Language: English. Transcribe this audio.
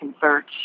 search